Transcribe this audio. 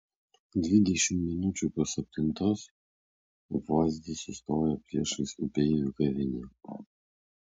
dvidešimt minučių po septintos apvaizda sustojo priešais upeivių kavinę